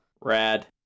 Rad